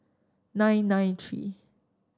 nine nine three